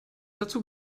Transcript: dazu